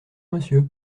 monsieur